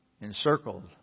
encircled